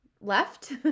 left